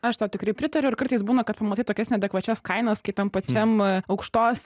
aš tau tikrai pritariu ir kartais būna kad pamatai tokias neadekvačias kainas kai tam pačiam aukštos